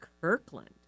Kirkland